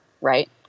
right